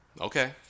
Okay